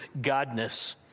godness